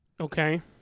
Okay